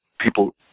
people